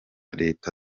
leta